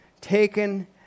taken